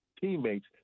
teammates